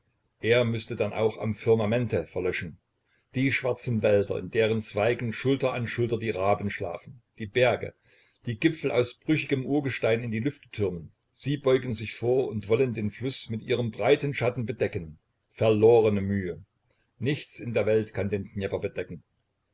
er müßte denn auch am firmamente verlöschen die schwarzen wälder in deren zweigen schulter an schulter die raben schlafen die berge die gipfel aus brüchigem urgestein in die lüfte türmen sie beugen sich vor und wollen den fluß mit ihrem breiten schatten bedecken verlorene mühe nichts in der welt kann den dnjepr bedecken